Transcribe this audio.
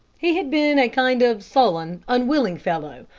he had been a kind of sullen, unwilling fellow,